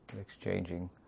exchanging